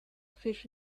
fish